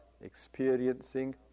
experiencing